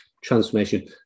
transformation